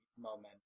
moment